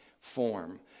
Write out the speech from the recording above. form